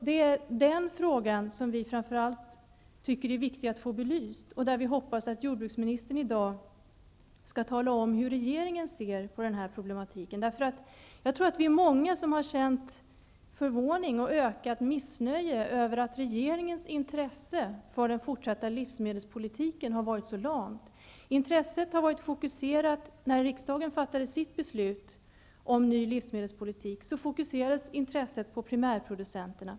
Det är den frågan som vi framför allt tycker är viktig att få belyst. Vi hoppas att jordbruksministern i dag skall tala om hur regeringen ser på dessa problem. Jag tror att vi är många som har känt förvåning och ökat missnöje över att regeringens intresse för den fortsatta livsmedelspolitiken har varit så lamt. När riksdagen fattade sitt beslut om en ny livsmedelspolitik fokuserades intresset på primärproducenterna.